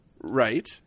right